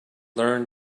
learned